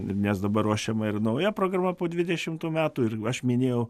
nes dabar ruošiama ir nauja programa po dvidešimt metų ir aš minėjau